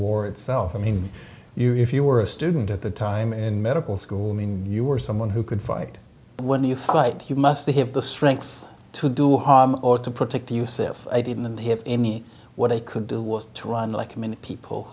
war itself i mean you if you were a student at the time in medical school i mean you were someone who could fight when you fight you must have the strength to do harm or to protect yourself i didn't have any what i could do was to run like many people